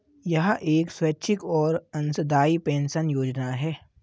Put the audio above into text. यह एक स्वैच्छिक और अंशदायी पेंशन योजना है